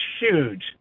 huge